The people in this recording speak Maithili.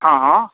हँ हँ